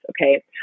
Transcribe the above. Okay